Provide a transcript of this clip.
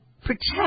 protect